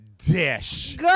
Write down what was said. Dish